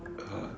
uh